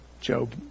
Job